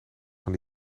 van